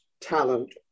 talent